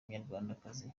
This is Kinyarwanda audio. munyarwandakazi